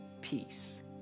peace